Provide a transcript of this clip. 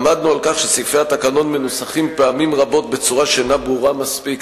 עמדנו על כך שסעיפי התקנון מנוסחים פעמים רבות בצורה שאינה ברורה מספיק,